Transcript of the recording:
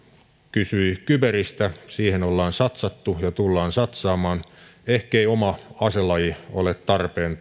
kysyi kyberistä siihen ollaan satsattu ja tullaan satsaamaan ehkei oma aselaji tai puolustushaara ole tarpeen